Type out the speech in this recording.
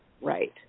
Right